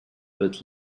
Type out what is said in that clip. but